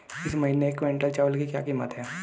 इस महीने एक क्विंटल चावल की क्या कीमत है?